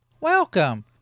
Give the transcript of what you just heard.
Welcome